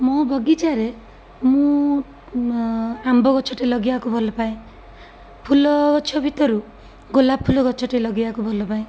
ମୋ ବଗିଚାରେ ମୁଁ ଆମ୍ବ ଗଛଟେ ଲଗେଇବାକୁ ଭଲ ପାଏ ଫୁଲଗଛ ଭିତରୁ ଗୋଲାପ ଫୁଲ ଗଛଟେ ଲଗେଇବାକୁ ଭଲ ପାଏ